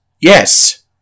Yes